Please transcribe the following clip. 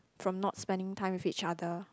from not spending time with each other